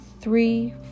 three